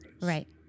Right